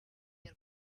your